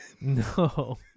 No